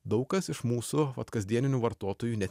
daug kas iš mūsų vat kasdieninių vartotojų net